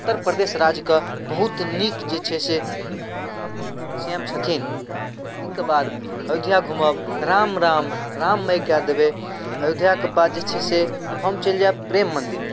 उत्तर प्रदेश राज्यके बहुत नीक जे छै से सी एम छथिन ई के बाद अयोध्या घुमब राम राम राममय कए देबै अयोध्याके बाद जे छै से हम चलि जायब प्रेम मन्दिर